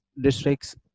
districts